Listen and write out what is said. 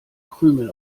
krümel